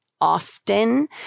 often